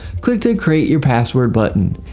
click the create your password button.